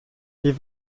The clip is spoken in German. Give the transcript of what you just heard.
wie